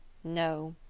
no,